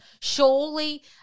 Surely